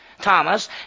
Thomas